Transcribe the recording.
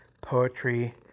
poetry